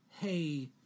hey